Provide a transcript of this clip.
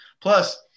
plus